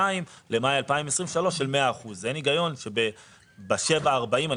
למאי 2023 של 100%. אין הגיון שבשבעה עד 40 קילומטר,